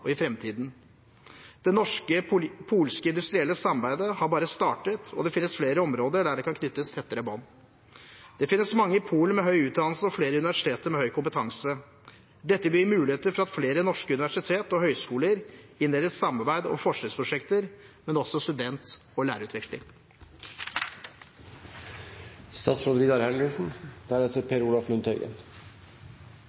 og i framtiden. Det norsk–polske industrielle samarbeidet har bare startet, og det finnes flere områder der det kan knyttes tettere bånd. Det finnes mange i Polen med høy utdannelse og flere universiteter med høy kompetanse. Dette bør gi muligheter for at flere norske universiteter og høyskoler innleder samarbeid om forskningsprosjekter, men også student- og